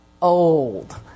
old